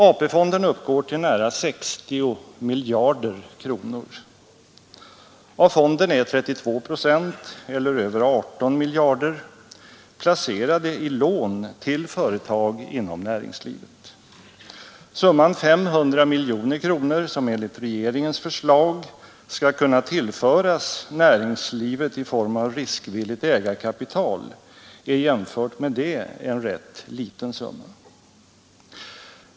AP-fonden uppgår till nära 60 miljarder kronor. Av fonden är 32 procent eller över 18 miljarder kronor placerade i lån till företag inom näringslivet. Summan 500 miljoner kronor, som enligt regeringens förslag skall kunna tillföras näringslivet i form av riskvilligt ägarkapital, är jämfört härmed en rätt liten summa.